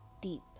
deep